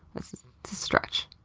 that's a stretch.